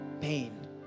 pain